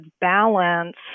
balance